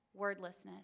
wordlessness